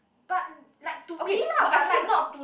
but like to me lah but like not to